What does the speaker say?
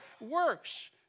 works